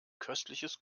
köstliches